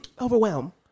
Overwhelm